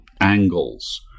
angles